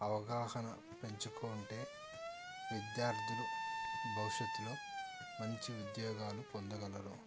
అవగాహన పెంచుకుంటే విద్యార్థులు భవిష్యత్తులో మంచి ఉద్యోగాలు పొందగలరు